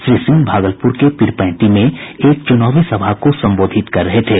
श्री सिंह भागलपुर के पीरपैंती में एक चुनावी सभा को संबोधित कर रहे थे